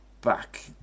back